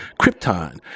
Krypton